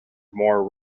more